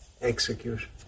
Execution